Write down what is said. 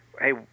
hey